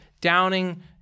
downing